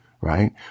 right